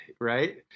Right